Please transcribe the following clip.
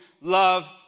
love